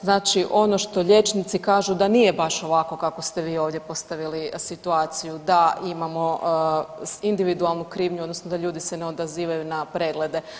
Znači ono što liječnici kažu da nije baš ovako kako ste vi ovdje postavili situaciju da imamo individualnu krivnju, odnosno da ljudi se ne odazivaju na preglede.